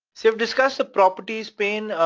sort of discussed the properties pane.